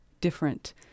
different